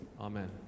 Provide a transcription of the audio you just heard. Amen